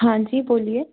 हाँ जी बोलिए